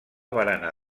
barana